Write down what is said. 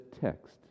text